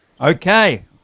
Okay